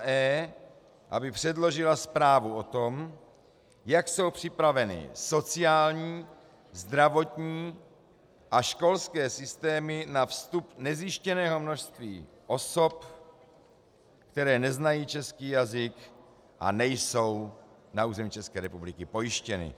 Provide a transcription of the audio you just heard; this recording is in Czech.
e) aby předložila zprávu o tom, jak jsou připraveny sociální, zdravotní a školské systémy na vstup nezjištěného množství osob, které neznají český jazyk a nejsou na území České republiky pojištěny.